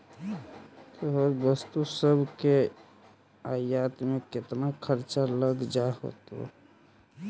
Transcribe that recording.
तोहर वस्तु सब के आयात में केतना खर्चा लग जा होतो?